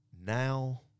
Now